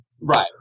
Right